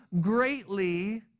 greatly